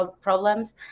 problems